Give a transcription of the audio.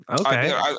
Okay